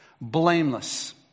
blameless